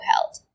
held